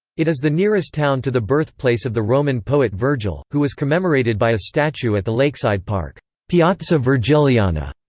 it is the nearest town to the birthplace of the roman poet virgil, who was commemorated by a statue at the lakeside park piazza virgiliana.